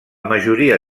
majoria